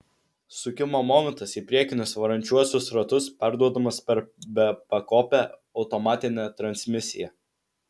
sukimo momentas į priekinius varančiuosius ratus perduodamas per bepakopę automatinę transmisiją